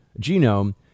genome